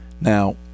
now